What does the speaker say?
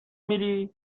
میری